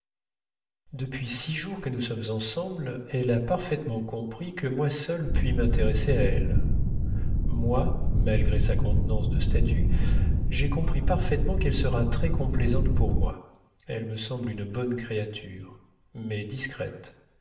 depuis six jours que nous sommes ensemble elle a parfaitement compris que moi seule puis m'intéresser à elle moi malgré sa contenance de statue j'ai compris parfaitement qu'elle sera très complaisante pour moi elle me semble une bonne créature mais discrète